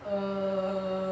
err